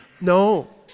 No